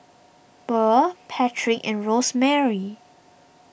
Burr Patrick and Rosemarie